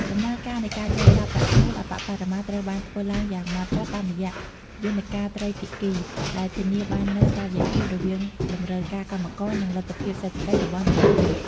ដំណើរការនៃការចរចាប្រាក់ឈ្នួលអប្បបរមាត្រូវបានធ្វើឡើងយ៉ាងហ្មត់ចត់តាមរយៈយន្តការត្រីភាគី ដែលធានាបាននូវតុល្យភាពរវាងតម្រូវការកម្មករ និងលទ្ធភាពសេដ្ឋកិច្ចរបស់និយោជក។